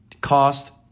cost